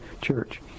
church